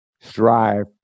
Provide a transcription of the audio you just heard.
strive